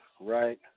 right